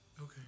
Okay